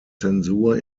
zensur